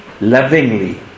lovingly